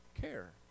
care